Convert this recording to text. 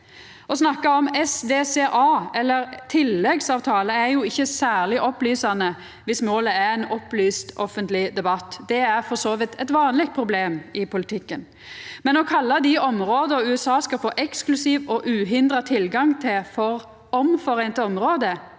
Å snakka om SDCA, eller tilleggsavtale, er jo ikkje særleg opplysande viss målet er ein opplyst offentleg debatt. Det er for så vidt eit vanleg problem i politikken. Men å kalla dei områda som USA skal få eksklusiv og uhindra tilgang til, for «omforente områder»,